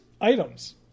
items